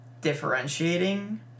differentiating